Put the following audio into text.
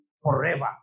forever